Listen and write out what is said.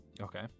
Okay